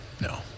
No